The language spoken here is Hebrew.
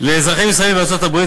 לאזרחי ישראל בארצות-הברית,